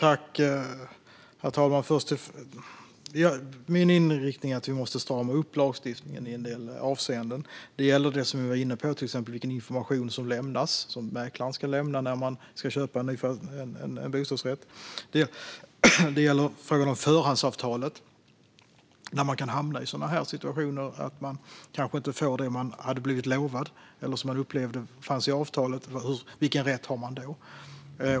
Herr talman! Min inriktning är att strama upp lagstiftningen i en del avseenden. Det gäller det som vi var inne på, till exempel vilken information som mäklaren ska lämna när man ska köpa en bostadsrätt. Det gäller också frågan om förhandsavtalet. Där kan man hamna i situationen att man inte får det som man blivit lovad eller som man upplevde fanns i avtalet. Vilken rätt har man då?